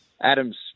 Adam's